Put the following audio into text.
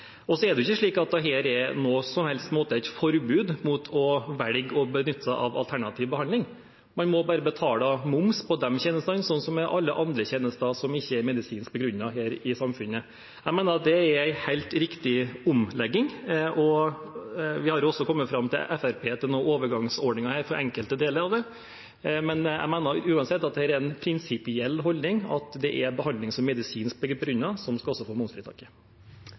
Så er det ikke slik at dette på noen som helst måte er et forbud mot å velge å benytte seg av alternativ behandling. Man må bare betale moms på de tjenestene, sånn som med alle andre tjenester som ikke er medisinsk begrunnet her i samfunnet. Jeg mener at det er en helt riktig omlegging. Vi har også sammen med Fremskrittspartiet kommet fram til noen overgangsordninger her for enkelte deler av det. Men jeg mener uansett at det er en prinsipiell holdning: Det er behandling som er medisinsk begrunnet, som skal få momsfritak. Forskjellene i Norge øker, og med økte økonomiske forskjeller øker også